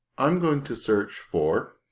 i'm going to search for